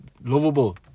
lovable